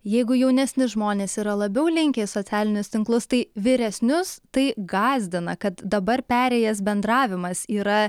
jeigu jaunesni žmonės yra labiau linkę į socialinius tinklus tai vyresnius tai gąsdina kad dabar perėjęs bendravimas yra